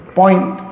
point